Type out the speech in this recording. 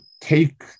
take